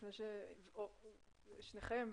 שניכם,